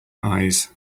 eyes